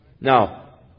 Now